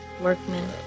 workmen